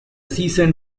season